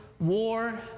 War